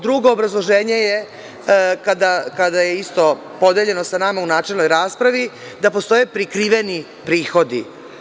Drugo obrazloženje je, kada je isto podeljeno sa nama u načelnoj raspravi, da postoje prikriveni prihodi.